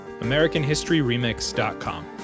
AmericanHistoryRemix.com